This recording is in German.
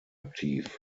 aktiv